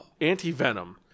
anti-venom